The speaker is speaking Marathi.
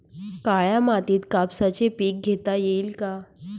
काळ्या मातीत कापसाचे पीक घेता येईल का?